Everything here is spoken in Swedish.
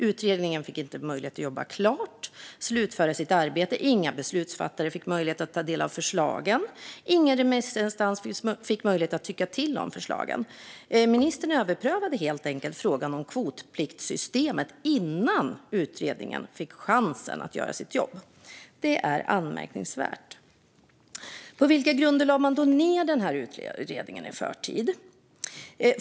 Utredningen fick inte möjlighet att jobba klart och slutföra sitt arbete. Inga beslutsfattare fick möjlighet att ta del av förslagen. Ingen remissinstans fick möjlighet att tycka till om förslagen. Ministern överprövade helt enkelt frågan om kvotpliktssystemet innan utredningen fick chansen att göra sitt jobb. Det är anmärkningsvärt. På vilka grunder lade man då ned utredningen i förtid?